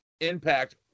Impact